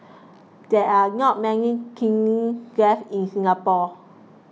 there are not many kilns left in Singapore